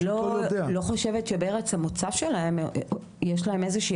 אני לא חושבת שבארץ המוצא שלהם יש להם איזושהי